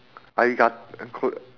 arigato